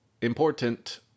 important